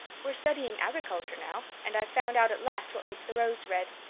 we're studying agriculture now and i've found out at last what makes the roads red.